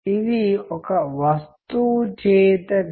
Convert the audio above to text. దానిలోని కొన్ని భాగాలను చూడండి